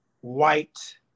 white